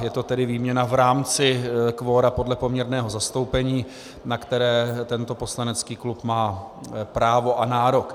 Je to tedy výměna v rámci kvora podle poměrného zastoupení, na které tento poslanecký klub má právo a nárok.